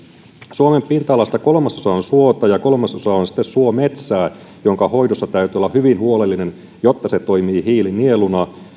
suomen pinta alasta kolmasosa on suota ja kolmasosa on suometsää jonka hoidossa täytyy olla hyvin huolellinen jotta se toimii hiilinieluna